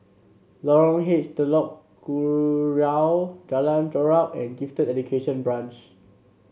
Lorong H Telok Kurau Jalan Chorak and Gifted Education Branch